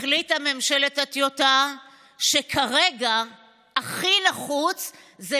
החליטה ממשלת הטיוטה שכרגע הכי נחוץ זה